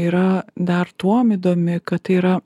yra dar tuom įdomi kad tai yra